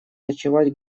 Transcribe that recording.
ночевать